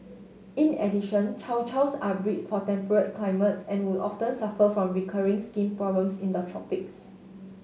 in addition Chow Chows are bred for temperate climates and would often suffer from recurring skin problems in the tropics